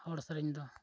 ᱦᱚᱲ ᱥᱮᱨᱮᱧ ᱫᱚ